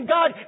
God